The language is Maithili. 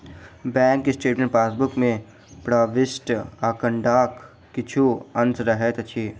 बैंक स्टेटमेंट पासबुक मे प्रविष्ट आंकड़ाक किछु अंश रहैत अछि